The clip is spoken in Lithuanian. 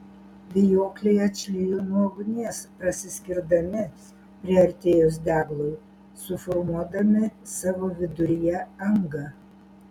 vijokliai atšlijo nuo ugnies prasiskirdami priartėjus deglui suformuodami savo viduryje angą